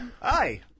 Hi